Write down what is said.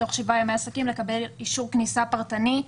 ותוך שבעה ימי עסקים לקבל אישור כניסה פרטני.